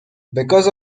because